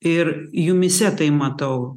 ir jumyse tai matau